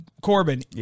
Corbin